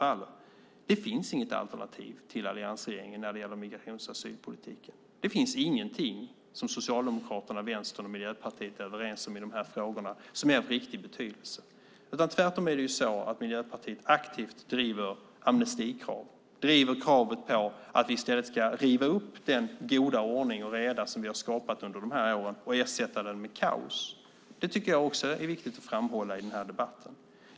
Det finns inget alternativ till alliansregeringen när det gäller migrations och asylpolitiken. Det finns ingenting som Socialdemokraterna, Vänstern och Miljöpartiet är överens om i frågorna som är av riktig betydelse. Tvärtom driver Miljöpartiet aktivt amnestikrav, att vi i stället ska riva upp den goda ordning och reda som vi har skapat under åren och ersätta den med kaos. Det är också viktigt att framhålla i debatten.